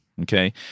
Okay